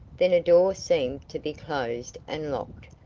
then a door seemed to be closed and locked,